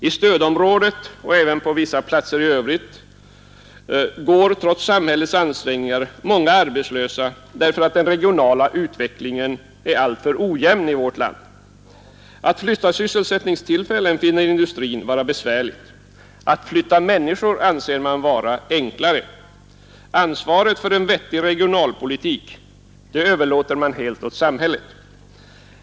I stödområdet och även på vissa platser i övrigt går trots samhällets ansträngningar många arbetslösa, därför att den regionala utvecklingen är alltför ojämn i vårt land. Att flytta sysselsättningstillfällen finner industrin vara besvärligt. Att flytta människor anser man vara enklare. Ansvaret för en vettig regionalpolitik överlåter man helt åt samhället.